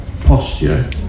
posture